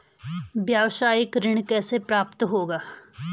व्यावसायिक ऋण कैसे प्राप्त होगा?